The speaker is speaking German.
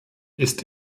ist